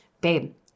babe